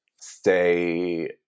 stay